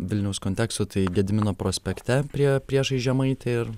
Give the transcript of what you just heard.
vilniaus kontekstų tai gedimino prospekte prie priešais žemaitę ir